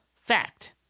fact